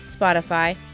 Spotify